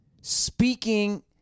speaking